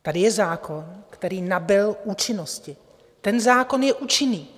Tady je zákon, který nabyl účinnosti, ten zákon je účinný.